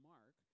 Mark